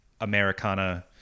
Americana